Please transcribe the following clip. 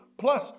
Plus